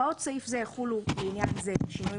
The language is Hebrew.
הוראות סעיף זה יחולו לעניין זה בשינוים